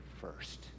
first